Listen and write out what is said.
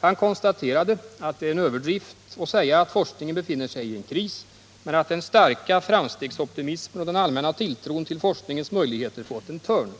Han konstaterade att det är en överdrift att säga att forskningen befinner sig i en kris men att den starka framstegsoptimismen och den allmänna tilltron till forskningens möjligheter fått en törn.